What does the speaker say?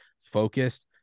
focused